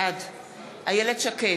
בעד איילת שקד,